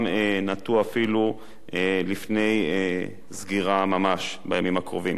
נטו אפילו עד לפני סגירה ממש בימים הקרובים.